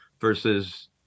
versus